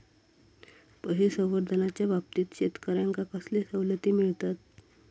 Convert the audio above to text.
पशुसंवर्धनाच्याबाबतीत शेतकऱ्यांका कसले सवलती मिळतत?